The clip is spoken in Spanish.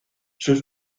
sus